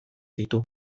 ditu